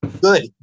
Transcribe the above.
Good